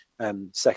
Second